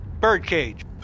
Birdcage